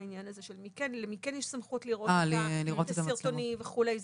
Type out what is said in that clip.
של למי כן יש סמכות לראות את הסרטונים וכולי.